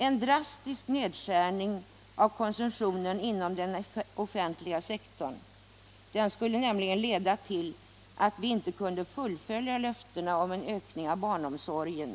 En drastisk nedskärning av konsumtionen inom den offentliga sektorn skulle nämligen leda till att vi inte kunde fullfölja löftena om en ökning av barnomsorgen.